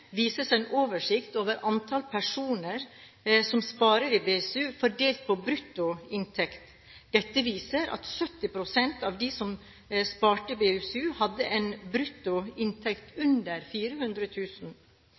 vises en oversikt over antall personer som sparer i BSU, fordelt på brutto inntekt. Dette viser at 70 pst. av dem som sparte i BSU, hadde en